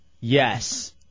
Yes